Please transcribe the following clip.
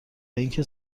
اینکه